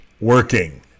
working